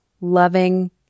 loving